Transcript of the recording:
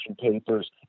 papers